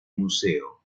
museo